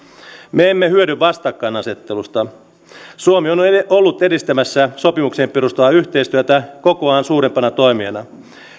me emme hyödy vastakkainasetteluista suomi on ollut edistämässä sopimuksiin perustuvaa yhteistyötä kokoaan suurempana toimijana